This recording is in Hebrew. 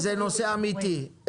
זה נושא אמיתי.